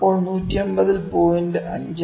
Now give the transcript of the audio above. അപ്പോൾ 150 ൽ 0